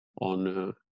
on